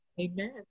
Amen